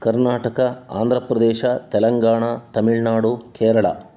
Karnataka Andhra Pradesh Telangana Tamil Nadu Kerala